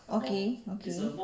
okay okay